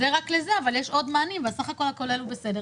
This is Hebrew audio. זה רק לזה אבל יש עוד מענים והסך הכול הכולל הוא בסדר.